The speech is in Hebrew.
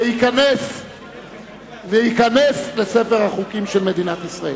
וייכנס לספר החוקים של מדינת ישראל.